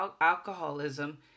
alcoholism